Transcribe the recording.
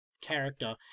character